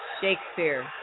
Shakespeare